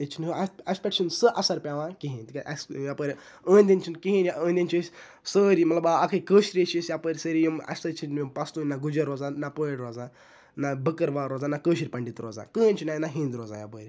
ییٚتہِ اَسہِ پیٚٹھ چھُنہٕ سُہ اَثَر پیٚوان کہینۍ تکیازِ اَسہ یَپٲرۍ أندۍ أندۍ چھنہٕ کِہینۍ أندۍ أندۍ چھِ أسۍ سٲری مَطلَب اکھٕے کٲشری چھِ أسۍ یَپٲرۍ سٲری یِم اَسہ سۭتۍ چھِنہٕ یِم پَستوٗن نہ گُجِرۍ روزان نہ پہٲڑۍ روزان نہ بٔکٕروال روزان نہ کٲشِرۍ پنڈِت روزان کہیٖنۍ چھُنہٕ نہ ہیٚنٛدۍ روزان یَپٲرۍ